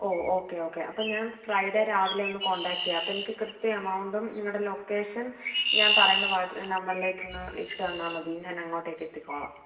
okay okay okay അപ്പം ഞാൻ Friday രാവിലെ ഒന്ന് കോണ്ടാക്റ്റ് ചെയ്യാം അപ്പം എനിക്ക് കൃത്യ എമൗണ്ടും നിങ്ങളുടെ ലൊക്കേഷൻ ഞാൻ പറയുന്ന നമ്പറിലേക്ക് ഒന്ന് ഇട്ട് തന്നാൽ മതി ഞാൻ അങ്ങോട്ടേക്ക് എത്തിക്കോളാം